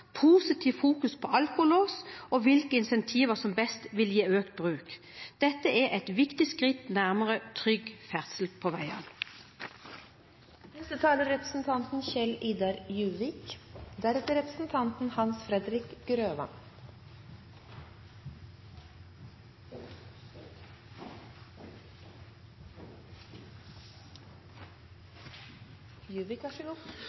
fokus på alkolås og hvilke insentiver som best vil gi økt bruk. Dette er et viktig skritt nærmere trygg ferdsel på